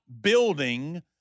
building